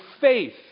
faith